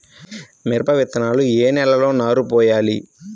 మిరప విత్తనాలు ఏ నెలలో నారు పోయాలి?